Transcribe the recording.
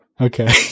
Okay